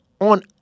on